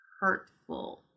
hurtful